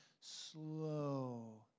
slow